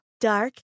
dark